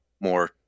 more